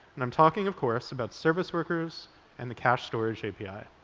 and i'm talking, of course, about service workers and the cache storage api.